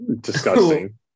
Disgusting